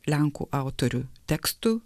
lenkų autorių tekstų